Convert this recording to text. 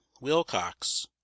wilcox